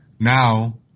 Now